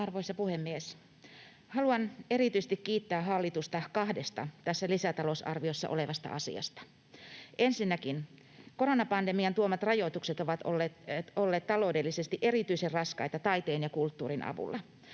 Arvoisa puhemies! Haluan kiittää hallitusta erityisesti kahdesta tässä lisätalousarviossa olevasta asiasta. Ensinnäkin koronapandemian tuomat rajoitukset ovat olleet taloudellisesti erityisen raskaita taiteen ja kulttuurin alalla.